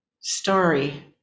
story